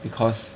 because